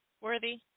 Worthy